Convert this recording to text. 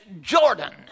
jordan